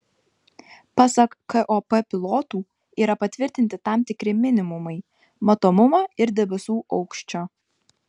pasak kop pilotų yra patvirtinti tam tikri minimumai matomumo ir debesų aukščio